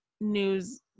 news